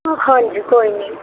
ਹਾਂਜੀ ਕੋਈ ਨਹੀਂ